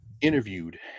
interviewed